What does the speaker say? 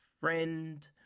friend